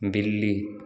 बिल्ली